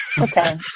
Okay